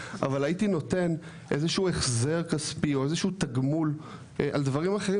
אבל הייתי נותן איזשהו החזק כספי או איזשהו תגמול על דברים אחרים